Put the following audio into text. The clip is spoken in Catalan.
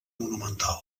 monumental